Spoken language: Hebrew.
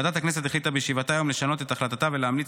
ועדת הכנסת החליטה בישיבתה היום לשנות את החלטתה ולהמליץ